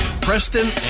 Preston